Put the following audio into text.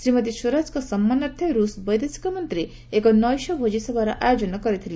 ଶ୍ରୀମତୀ ସ୍ୱରାଜଙ୍କ ସମ୍ମାନାର୍ଥେ ରୁଷ ବୈଦେଶିକ ମନ୍ତ୍ରୀ ଏକ ନୈଶ ଭୋଟିସଭାର ଆୟୋଜନ କରିଥିଲେ